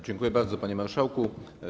Dziękuję bardzo, panie marszałku.